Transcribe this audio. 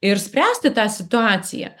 ir spręsti tą situaciją